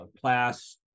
Class